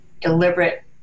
deliberate